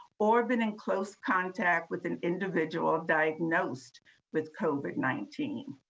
or been in close contact with an individual diagnosed with covid nineteen.